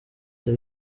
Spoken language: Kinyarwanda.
njye